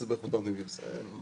בבקשה.